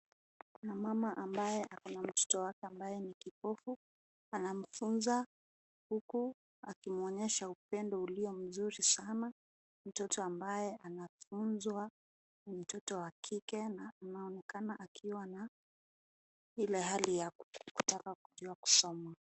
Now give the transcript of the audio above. Mama ambaye ana mtoto wake mdogo ameketi karibu naye. Anamfundisha huku akimuonyesha upendo wa kipekee. Mtoto huyu anafundishwa ni msichana mwenye tabasamu, akifurahia hali ya kujifunza.